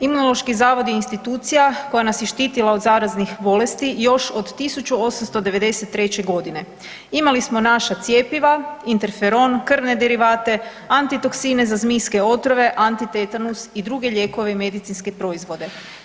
Imunološki zavod je institucija koja nas je štitila od zaraznih bolesti još od 1893. g. Imali smo naša cjepiva, interferon, krvne derivate, antitoksine za zmijske otrove, antitetanus i druge lijekove i medicinske proizvode.